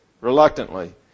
reluctantly